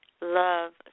Love